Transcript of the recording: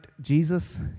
Jesus